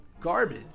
garbage